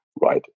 right